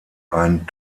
ein